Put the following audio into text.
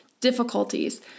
difficulties